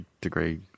degree